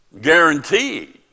guaranteed